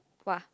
!wah!